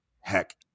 heck